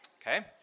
Okay